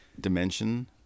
dimension